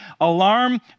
alarm